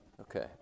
Okay